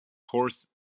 horse